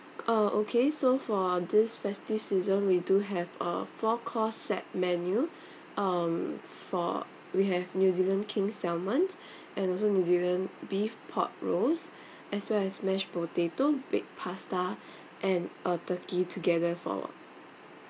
uh okay so for this festive season we do have a four course set menu um for we have new zealand king salmon and also new zealand beef pork roast as well as mashed potato baked pasta and a turkey together for